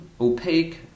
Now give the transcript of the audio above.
opaque